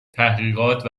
تحقیقات